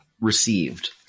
received